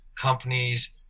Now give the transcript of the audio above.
companies